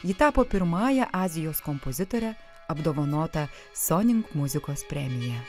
ji tapo pirmąja azijos kompozitore apdovanota sonink muzikos premija